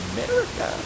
America